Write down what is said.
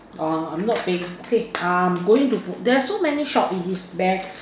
uh I'm not paying okay um going to there's so many shops in this bank